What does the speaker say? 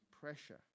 pressure